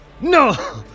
no